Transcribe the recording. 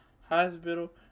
hospital